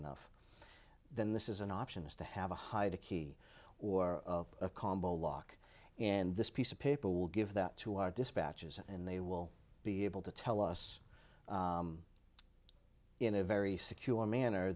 enough then this is an option is to have a hide a key or a combo lock and this piece of paper will give that to our dispatchers and they will be able to tell us in a very secure manner